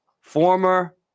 former